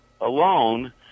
alone